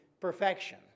perfection